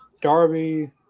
Darby